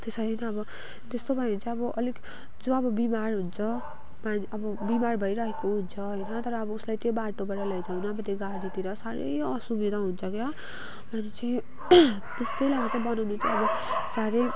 त्यसरी नै अब त्यस्तो भयो भने चाहिँ अलिक जो अब बिमार हुन्छ अब बिमार भइराखेको हुन्छ होइन तर उसलाई त्यो बाटोबाट लैजान अब गाडीतिर साह्रै असुविधा हुन्छ क्या अनि चाहिँ त्यसकै लागि चाहिँ बनाउनु अब साह्रै